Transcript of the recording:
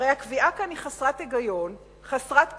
הרי הקביעה כאן היא חסרת היגיון, חסרת קריטריונים,